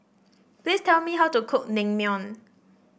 please tell me how to cook Naengmyeon